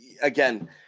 Again